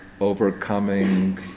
overcoming